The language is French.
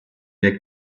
est